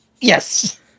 Yes